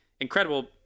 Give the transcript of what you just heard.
incredible